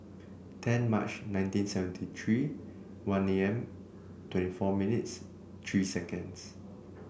ten March nineteen seventy three one A M twenty four minutes three seconds